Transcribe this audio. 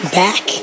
back